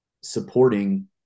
supporting